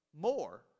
more